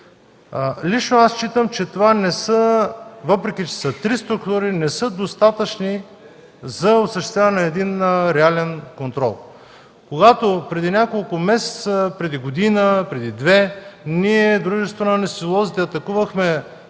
Лично аз считам, че макар и три структури, те не са достатъчни за осъществяването на реален контрол. Когато преди няколко месеца, преди година, преди две, ние от Дружеството на анестезиолозите атакувахме